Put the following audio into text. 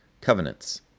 covenants